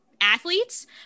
athletes